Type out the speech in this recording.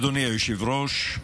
אדוני היושב-ראש,